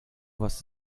was